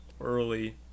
early